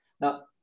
Now